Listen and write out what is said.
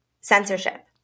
censorship